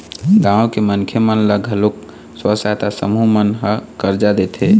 गाँव के मनखे मन ल घलोक स्व सहायता समूह मन ह करजा देथे